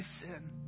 sin